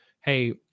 hey